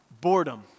boredom